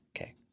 Okay